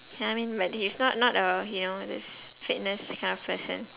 ya I mean but he's not not a you know those fitness kind of person